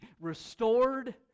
restored